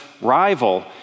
rival